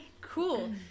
cool